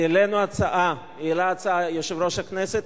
העלה הצעה יושב-ראש הכנסת,